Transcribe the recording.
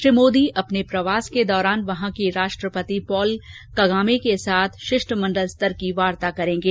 श्री मोदी अपने प्रवास के दौरान वहां के राष्ट्रपति पॉल कगामेके साथ शिष्टमंडल स्तर की वार्ता करेंगे